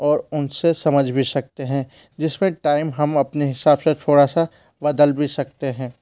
और उनसे समझ भी सकते है जिसमें टाइम हम अपने हिसाब से थोड़ा सा बदल भी सकते है